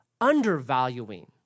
undervaluing